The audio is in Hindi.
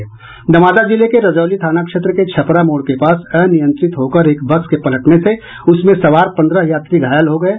नवादा जिले के रजौली थाना क्षेत्र के छपरा मोड़ के पास अनियंत्रित होकर एक बस के पलटने से उसमें सवार पन्द्रह यात्री घायल हो गये